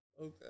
Okay